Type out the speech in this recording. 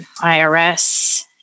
IRS